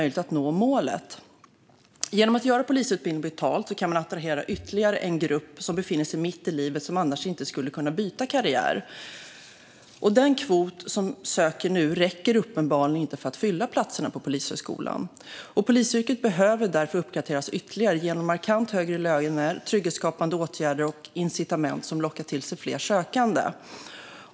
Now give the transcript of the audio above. Genom att göra polisutbildningen betald kan man attrahera ytterligare en grupp som befinner sig mitt i livet och som annars inte skulle kunna byta karriär. Den kvot som söker nu räcker uppenbarligen inte för att fylla platserna på Polishögskolan. Polisyrket behöver därför uppgraderas ytterligare genom markant högre löner, trygghetsskapande åtgärder och incitament som lockar till sig fler sökande.